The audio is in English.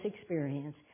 experience